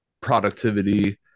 productivity